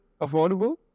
affordable